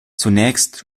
zunächst